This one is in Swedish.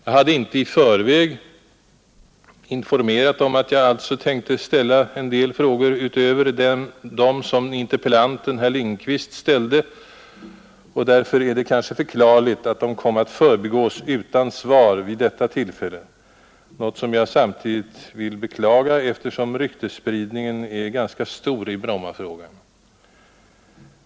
Jag hade inte i förväg informerat om att jag alltså tänkte ställa en del frågor utöver dem interpellanten herr Oskar Lindkvist ställde, och därför är det kanske förklarligt att de kom att förbigås utan svar vid detta tillfälle, något som samtidigt är beklagligt, eftersom ryktesspridningen är ganska stor i Brommafrågan.